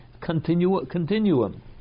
continuum